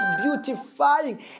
beautifying